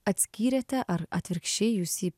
atskyrėte ar atvirkščiai jūs jį